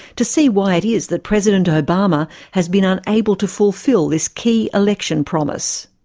to see why it is that president obama has been unable to fulfil this key election promise.